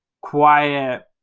quiet